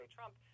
Trump